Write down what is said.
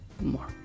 more